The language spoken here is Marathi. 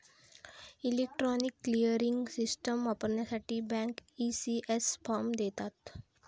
इलेक्ट्रॉनिक क्लिअरिंग सिस्टम वापरण्यासाठी बँक, ई.सी.एस फॉर्म देतात